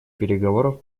переговоров